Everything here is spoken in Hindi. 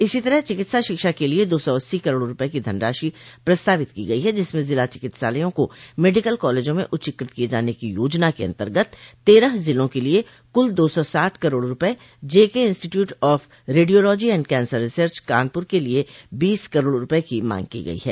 इसी तरह चिकित्सा शिक्षा के लिये दो सौ अस्सी करोड़ रूपये की धनराशि प्रस्तावित की गई है जिसमें जिला चिकित्सालयों को मेडिकल कॉलेज में उच्चीकृत किये जाने की योजना के अन्तर्गत तेरह जिलों के लिये कुल दो सौ साठ करोड़ रूपये JK institute of radiology and cancer research Kanpur के लिये बीस करोड़ रूपये की मांग की गई है